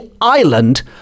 Island